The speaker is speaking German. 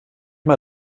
mal